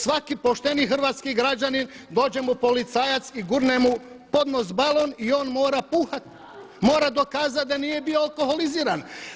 Svaki pošteni hrvatski građanin dođe mu policajac i gurne mu pod nos balon i on mora puhati, mora dokazati da nije bio alkoholiziran.